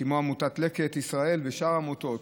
כמו עמותת לקט ישראל ושאר העמותות,